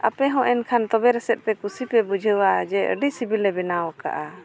ᱟᱯᱮᱦᱚᱸ ᱮᱱᱠᱷᱟᱱ ᱛᱚᱵᱮᱨᱮ ᱥᱮ ᱠᱩᱥᱤᱯᱮ ᱵᱩᱡᱷᱟᱹᱣᱟ ᱡᱮ ᱟᱹᱰᱤ ᱥᱤᱵᱤᱞᱮ ᱵᱮᱱᱟᱣ ᱟᱠᱟᱫᱼᱟ